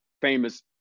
famous –